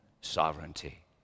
sovereignty